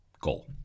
goal